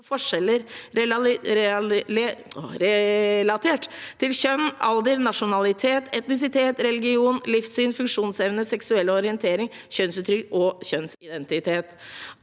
for forskjeller relatert til kjønn, alder, nasjonalitet, etnisitet, religion, livssyn, funksjonsevne, seksuell orientering, kjønnsuttrykk og kjønnsidentitet.